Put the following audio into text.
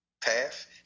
path